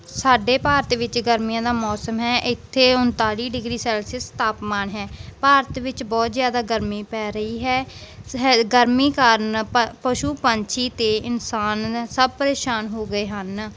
ਸਾਡੇ ਭਾਰਤ ਵਿੱਚ ਗਰਮੀਆਂ ਦਾ ਮੌਸਮ ਹੈ ਇੱਥੇ ਉਨਤਾਲੀ ਡਿਗਰੀ ਸੈਲਸੀਅਸ ਤਾਪਮਾਨ ਹੈ ਭਾਰਤ ਵਿੱਚ ਬਹੁਤ ਜ਼ਿਆਦਾ ਗਰਮੀ ਪੈ ਰਹੀ ਹੈ ਗਰਮੀ ਕਾਰਨ ਪ ਪਸ਼ੂ ਪੰਛੀ ਅਤੇ ਇਨਸਾਨ ਸਭ ਪਰੇਸ਼ਾਨ ਹੋ ਗਏ ਹਨ